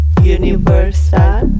Universal